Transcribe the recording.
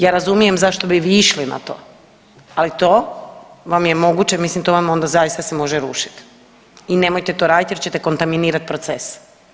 Ja razumijem zašto bi vi išli na to, ali to vam je moguće, mislim to vam onda zaista se može rušiti i nemojte to raditi jer ćete kontaminirat proces.